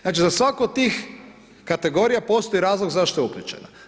Znači, za svaku od tih kategorija postoji razlog zašto je uključena.